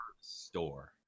store